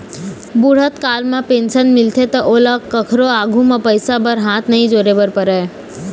बूढ़त काल म पेंशन मिलथे त ओला कखरो आघु म पइसा बर हाथ नइ जोरे बर परय